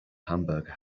hamburger